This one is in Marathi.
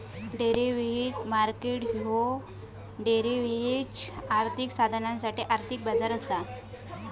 डेरिव्हेटिव्ह मार्केट ह्यो डेरिव्हेटिव्ह्ज, आर्थिक साधनांसाठी आर्थिक बाजार असा